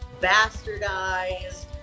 bastardized